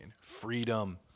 freedom